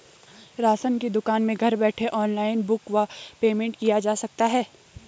Ration की दुकान में घर बैठे ऑनलाइन बुक व पेमेंट किया जा सकता है?